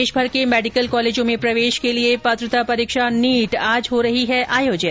देशभर के मेडिकल कॉलेजों में प्रवेश के लिए पात्रता परीक्षा नीट आज हो रही है आयोजित